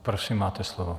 Prosím, máte slovo.